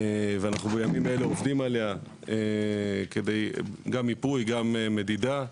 אנחנו עובדים עליה בימים האלה ועושים מיפוי ומדידה,